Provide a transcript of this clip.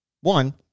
One